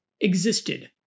Existed